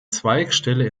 zweigstelle